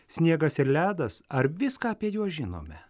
sniegas ir ledas ar viską apie juos žinome